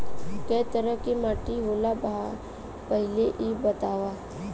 कै तरह के माटी होला भाय पहिले इ बतावा?